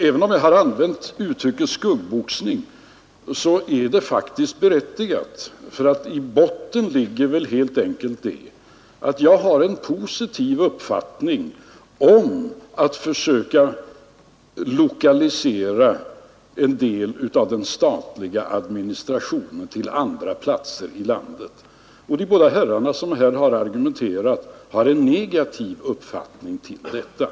Att jag har använt uttrycket skuggboxning är faktiskt berättigat, för i botten ligger väl helt enkelt att jag har en positiv uppfattning om försöken att lokalisera en del av den statliga administrationen till andra platser i landet. De båda herrar som här har argumenterat har en negativ uppfattning om detta.